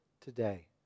today